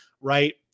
Right